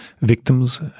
victims